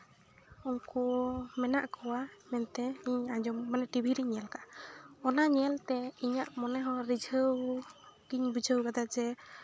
ᱩᱱᱠᱩ ᱢᱮᱱᱟᱜ ᱠᱚᱣᱟ ᱢᱮᱱᱛᱮ ᱤᱧ ᱟᱸᱡᱚᱢ ᱢᱟᱱᱮ ᱴᱤᱵᱤᱨᱤᱧ ᱧᱮᱞ ᱠᱟᱜᱼᱟ ᱚᱱᱟ ᱧᱮᱞᱛᱮ ᱤᱧᱟᱹᱜ ᱢᱚᱱᱮ ᱦᱚᱸ ᱨᱤᱡᱷᱟᱹᱣ ᱜᱮᱧ ᱵᱩᱡᱷᱟᱹᱣ ᱠᱟᱫᱟ ᱡᱮ